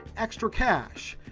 extra cash,